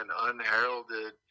unheralded